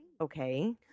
Okay